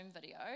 video